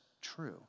true